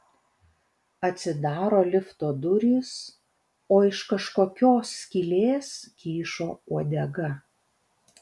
atsidaro lifto durys o iš kažkokios skylės kyšo uodega